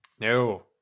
no